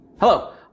Hello